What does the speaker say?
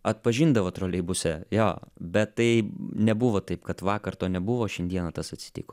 atpažindavo troleibuse jo bet tai nebuvo taip kad vakar to nebuvo šiandieną tas atsitiko